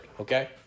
okay